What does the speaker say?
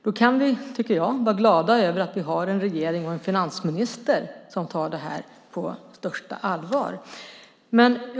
Då kan vi, tycker jag, vara glada över att vi har en regering och en finansminister som tar det här på största allvar.